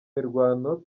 mirwano